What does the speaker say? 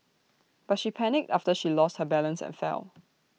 but she panicked after she lost her balance and fell